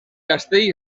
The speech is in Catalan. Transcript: castell